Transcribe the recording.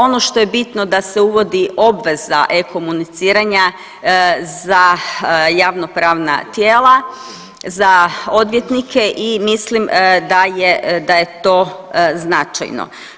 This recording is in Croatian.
Ono što je bitno da se uvodi obveza e-komuniciranja za javnopravna tijela, za odvjetnike i mislim da je to značajno.